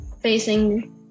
facing